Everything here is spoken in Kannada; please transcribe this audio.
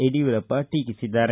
ಯಡಿಯೂರಪ್ಪ ಟೀಕಿಸಿದ್ದಾರೆ